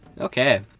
Okay